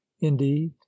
indeed